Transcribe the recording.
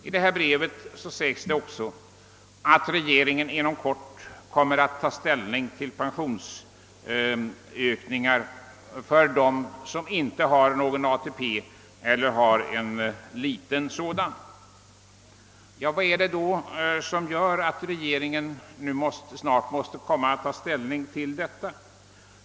I brevet sägs det också att regeringen inom kort kommer att ta ställning till pensionsökningar för dem som inte har någon ATP eller liten sådan. Vad är det då som gör att regeringen nu snart måste ta ställning till denna fråga?